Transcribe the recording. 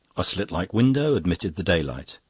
a slit-like window admitted the daylight